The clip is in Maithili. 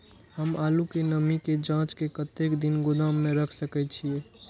हम आलू के नमी के जाँच के कतेक दिन गोदाम में रख सके छीए?